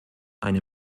eine